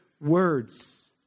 words